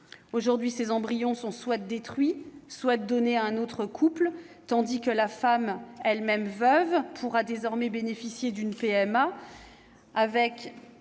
Aujourd'hui, ces embryons sont soit détruits, soit donnés à un autre couple. Demain, la femme, elle-même veuve, pourra bénéficier d'une PMA avec